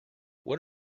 what